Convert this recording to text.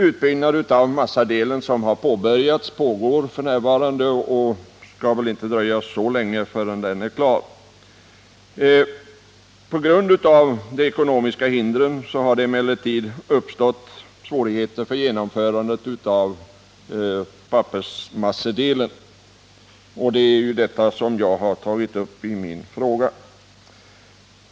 Utbyggnaden av massadelen pågår f. n., och det skall väl inte dröja så länge innan den är klar. På grund av ekonomiska svårigheter har emellertid pappersbruket inte kunnat byggas ut.